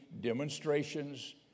demonstrations